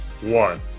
one